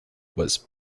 was